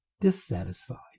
dissatisfied